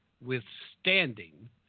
withstanding